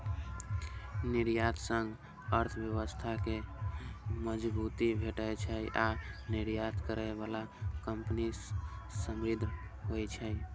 निर्यात सं अर्थव्यवस्था कें मजबूती भेटै छै आ निर्यात करै बला कंपनी समृद्ध होइ छै